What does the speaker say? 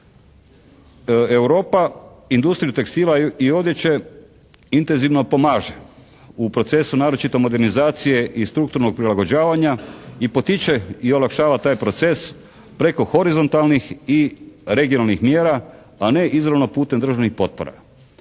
Europa industriju tekstila i odjeće intenzivno pomaže u procesu naročito modernizacije i strukturnog prilagođavanja i potiče i olakšava taj proces preko horizontalnih i regionalnih mjera, a ne izravno putem državnih potpora.